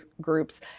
groups